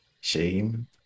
shame